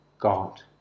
God